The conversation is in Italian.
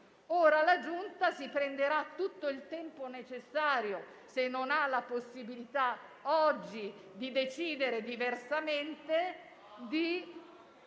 parlamentari si prenderà tutto il tempo necessario, se non ha la possibilità oggi di decidere diversamente,